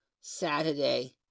Saturday